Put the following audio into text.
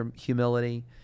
humility